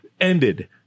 ended